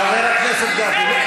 חבר הכנסת גפני.